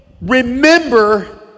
remember